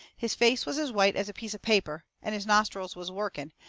his face was as white as a piece of paper, and his nostrils was working,